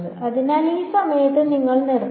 അതിനാൽ ആ സമയത്ത് നിങ്ങൾ നിർത്തണം